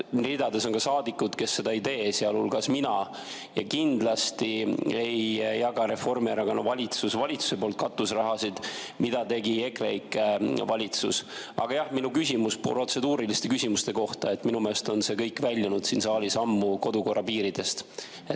ridades on ka saadikuid, sealhulgas mina, kes seda ei tee. Kindlasti ei jaga Reformierakonna valitsus valitsuse poolt katuserahasid, mida tegi EKREIKE valitsus. Aga jah, minu küsimus on protseduuriliste küsimuste kohta, minu meelest on see kõik väljunud siin saalis ammu kodukorra piiridest.